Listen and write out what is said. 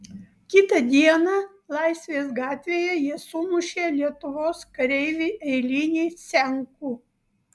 kitą dieną laisvės gatvėje jie sumušė lietuvos kareivį eilinį senkų